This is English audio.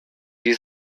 you